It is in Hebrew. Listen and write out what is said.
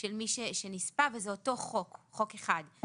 של מי שנספה, וזה אותו חוק, חוק אחד.